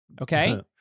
Okay